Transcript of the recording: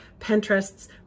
Pinterest's